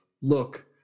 look